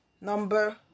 Number